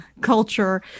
Culture